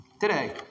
Today